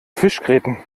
fischgräten